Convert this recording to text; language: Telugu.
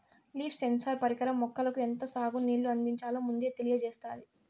లీఫ్ సెన్సార్ పరికరం మొక్కలకు ఎంత సాగు నీళ్ళు అందించాలో ముందే తెలియచేత్తాది